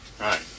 Right